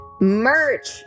merch